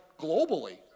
globally